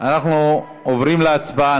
אנחנו עוברים להצבעה.